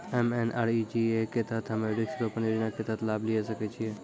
MNREGA के तहत हम्मय वृक्ष रोपण योजना के तहत लाभ लिये सकय छियै?